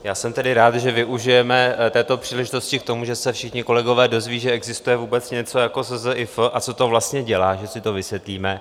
Já jsem tedy rád, že využijeme této příležitosti k tomu, že se všichni kolegové dozví, že existuje vůbec něco, jako je SZIF, a co to vlastně dělá, že si to vysvětlíme.